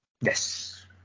yes